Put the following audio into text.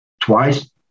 twice